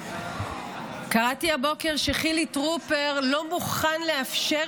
קראתי הבוקר שחילי טרופר לא מוכן לאפשר